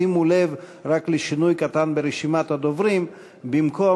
שימו לב רק לשינוי קטן ברשימת הדוברים: במקום